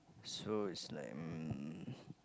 so it's like mm